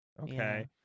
okay